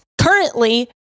currently